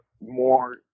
more